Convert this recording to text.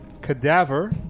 cadaver